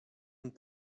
und